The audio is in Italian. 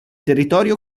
territorio